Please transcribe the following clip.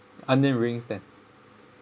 onion rings then